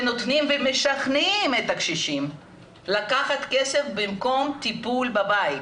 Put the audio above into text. שנותנים ומשכנעים את הקשישים לקחת כסף במקום טיפול בבית.